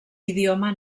idioma